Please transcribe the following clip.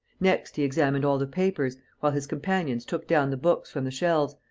next, he examined all the papers, while his companions took down the books from the shelves,